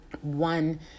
one